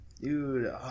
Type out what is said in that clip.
Dude